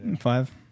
Five